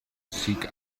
seek